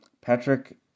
Patrick